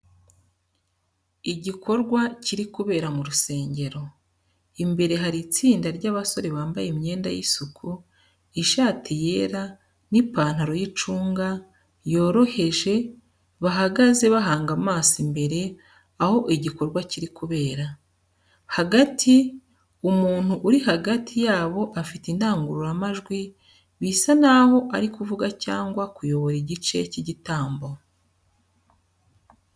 Igikorwa kiri kubera mu rusengero. Imbere hari itsinda ry’abasore bambaye imyenda y’isuku, ishati yera n’ipantalo y’icunga yoroheje bahagaze bahanga amaso imbere aho igikorwa kiri kubera. Hagati, umuntu uri hagati yabo afite indangururamajwi bisa naho ari kuvuga cyangwa kuyobora igice cy’igitambo.